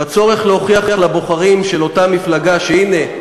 בצורך להוכיח לבוחרים של אותה מפלגה שהנה,